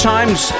Times